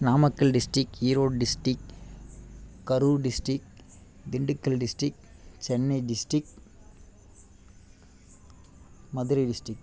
Namakkal district Erode district Karur district Dindigul district Chennai district Madurai district